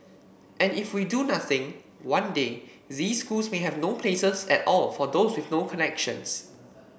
and if we do nothing one day these schools may have no places at all for those with no connections